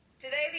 Today